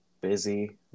busy